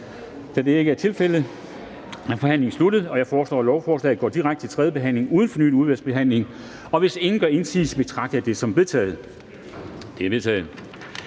Da det ikke er tilfældet, er forhandlingen sluttet. Jeg foreslår, at lovforslaget går direkte til tredje behandling uden fornyet udvalgsbehandling. Hvis ingen gør indsigelse, betragter jeg det som vedtaget. Det er vedtaget.